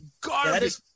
garbage